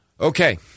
Okay